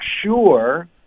sure